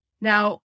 Now